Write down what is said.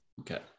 Okay